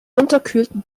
unterkühlten